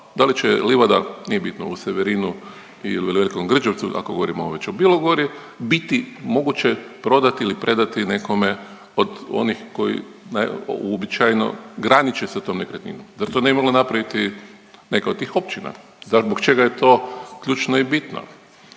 da li će livada, nije bitno u Severinu ili Velikom Grđevcu ako govorimo već o Bilogori biti moguće prodati ili predati nekome od onih koji uobičajeno graniče sa tom nekretninom. Zar to ne bi mogla napraviti neka od tih općina? Zbog čega je to ključno i bitno.